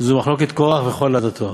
זו מחלוקת קורח וכל עדתו.